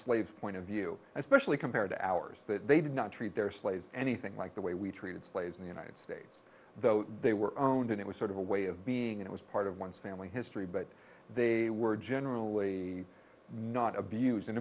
slaves point of view especially compared to ours that they did not treat their slaves anything like the way we treated slaves in the united states though they were own and it was sort of a way of being it was part of one's family history but they were generally not abus